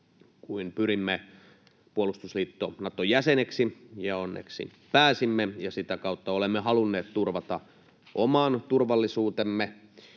kun pyrimme puolustusliitto Naton jäseneksi — onneksi pääsimme. Sitä kautta olemme halunneet turvata oman turvallisuutemme.